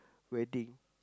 wedding